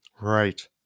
right